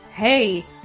Hey